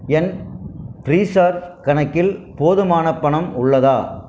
என் Freecharge கணக்கில் போதுமான பணம் உள்ளதா